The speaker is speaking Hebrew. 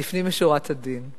לפנים משורת הדין.